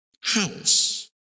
house